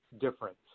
difference